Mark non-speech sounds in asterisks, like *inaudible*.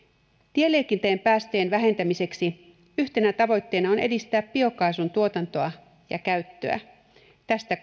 tieliikenteen päästöjen vähentämiseksi yhtenä tavoitteena on edistää biokaasun tuotantoa ja käyttöä tästä *unintelligible*